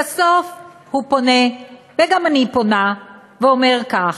לבסוף הוא פונה, וגם אני פונה, ואומר כך: